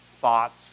thoughts